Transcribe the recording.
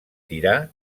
tirà